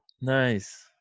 nice